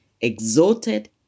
exalted